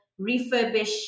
refurbish